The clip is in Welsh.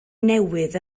newydd